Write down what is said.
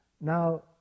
Now